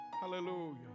Hallelujah